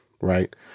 right